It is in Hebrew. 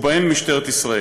ובהן משטרת ישראל.